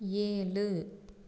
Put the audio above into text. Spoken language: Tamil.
ஏழு